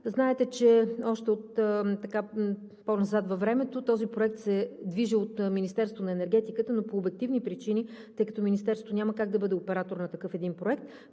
Знаете, че още по-назад във времето този проект се движи от Министерството на енергетиката, но по обективни причини, тъй като Министерството няма как да бъде оператор на един такъв проект,